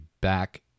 back